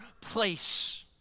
place